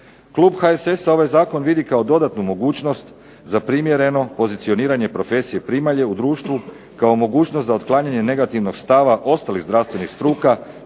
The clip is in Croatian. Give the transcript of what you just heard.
Klub HSS-a ovaj Zakon vidi kao dodatnu mogućnost za primjereno pozicioniranje profesije primalje u društvu kao mogućnost za otklanjanje negativnog stava ostalih zdravstvenih struka